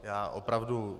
Já opravdu...